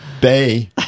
Bay